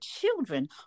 children